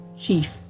chief